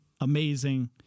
amazing